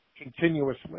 continuously